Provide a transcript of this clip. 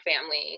family